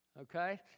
Okay